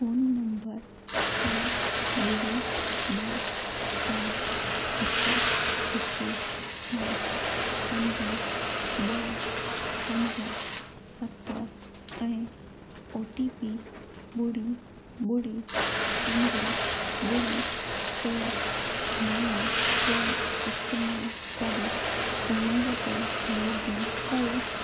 phone number छह ॿुड़ी ॿ टे हिकु हिकु छह पंज ॿ पंज सत ऐं ओ टी पी ॿुड़ी ॿुड़ी पंज ॿुड़ी टे नव जो इस्तेमाल करे उमंग ते लोग इन कयो